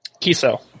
Kiso